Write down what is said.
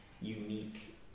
unique